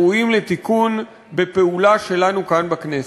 ראויים לתיקון בפעולה שלנו כאן בכנסת.